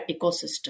ecosystem